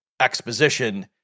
exposition